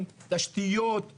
והחל מהיועצים המשפטיים של הממשלה.